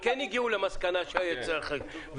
הם הגיעו למסקנה שצריך להגדיל מכסות,